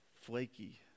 flaky